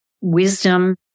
wisdom